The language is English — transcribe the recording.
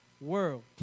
world